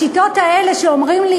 השיטות האלה שאומרים לי,